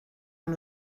amb